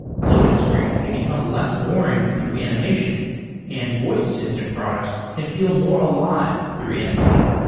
loading screens can become less boring through animation and voice assistant products can feel more alive through animation.